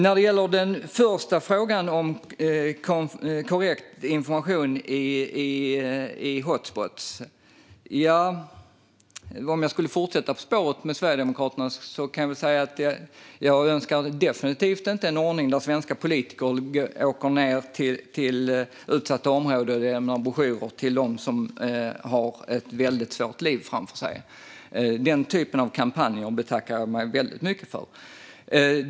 När det gäller den första frågan om korrekt information på hotspots kan jag fortsätta på spåret med Sverigedemokraterna och säga att jag definitivt inte önskar en ordning där svenska politiker åker ned till utsatta områden och lämnar broschyrer till dem som har ett väldigt svårt liv framför sig. Den typen av kampanjer betackar jag mig väldigt mycket för.